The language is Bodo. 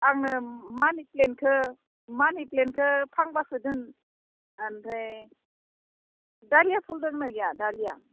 आंनो मानि प्लेन्टखो मानि प्लेन्टखो फांबासो दोन ओमफ्राय दालिया फुल दंना गैया दालिया